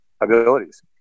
abilities